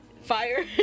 Fire